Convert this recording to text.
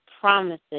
promises